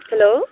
hello